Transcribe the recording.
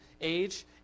age